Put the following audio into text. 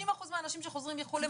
50% מהאנשים שחוזרים מחו"ל הם מאומתים?